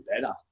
better